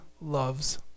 loves